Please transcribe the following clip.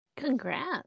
Congrats